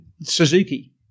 Suzuki